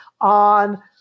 on